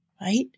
right